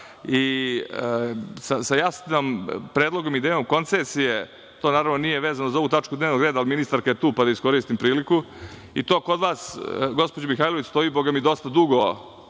i sa jasnim predlogom i idejom koncesije. To naravno nije vezano za ovu tačku dnevnog reda, ali ministarka je tu pa da iskoristim priliku. I to kod vas gospođo Mihajlović stoji dosta dugo